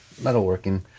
metalworking